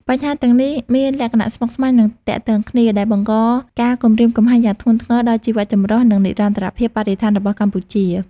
បញ្ហាទាំងនេះមានលក្ខណៈស្មុគស្មាញ និងទាក់ទងគ្នា ដែលបង្កការគំរាមកំហែងយ៉ាងធ្ងន់ធ្ងរដល់ជីវៈចម្រុះ និងនិរន្តរភាពបរិស្ថានរបស់កម្ពុជា។